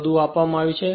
બધું આપવામાં આવ્યું છે